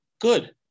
good